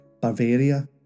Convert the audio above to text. Bavaria